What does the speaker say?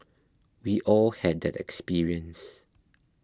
we all had that experience